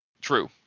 True